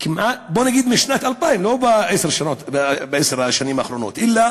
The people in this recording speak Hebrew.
בוא נגיד, משנת 2000, לא בעשר השנים האחרונות, אלא